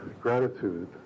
gratitude